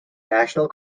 national